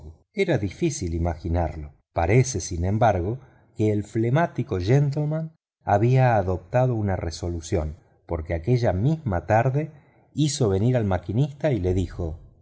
era difícil imaginario parece sin embargo que el flemático gentleman había adoptado una resolución porque aquella misma tarde hizo venir al maquinista y le dijo